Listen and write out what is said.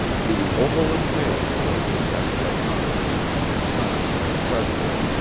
the overland mail bill was passed by congress and signed by the president.